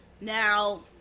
now